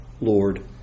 Lord